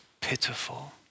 pitiful